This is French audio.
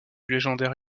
légendaire